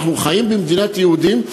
אנחנו חיים במדינת יהודים,